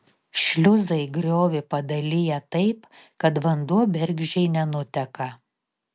šliuzai griovį padalija taip kad vanduo bergždžiai nenuteka